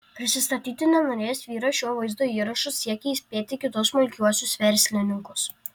prisistatyti nenorėjęs vyras šiuo vaizdo įrašu siekia įspėti kitus smulkiuosius verslininkus